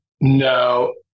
No